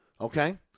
okay